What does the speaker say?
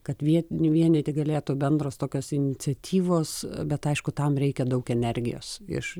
kad viet vienyti galėtų bendros tokios iniciatyvos bet aišku tam reikia daug energijos iš